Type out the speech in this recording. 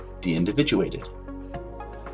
de-individuated